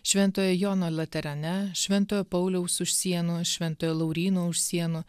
šventojo jono laterane šventojo pauliaus už sienų šventojo lauryno už sienų